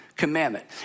commandment